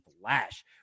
flash